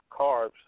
carbs